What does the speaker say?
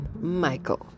Michael